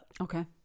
okay